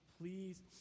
please